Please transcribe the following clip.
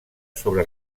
sobre